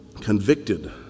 convicted